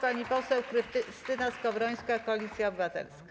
Pani poseł Krystyna Skowrońska, Koalicja Obywatelska.